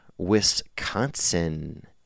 wisconsin